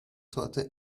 torte